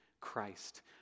Christ